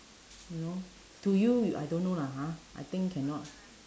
you know to you I don't know lah ha I think cannot